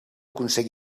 consell